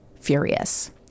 furious